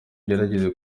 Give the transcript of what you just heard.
ugerageze